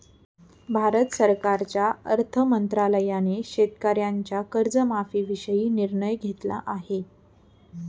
भारत सरकारच्या अर्थ मंत्रालयाने शेतकऱ्यांच्या कर्जमाफीविषयी निर्णय घेतला आहे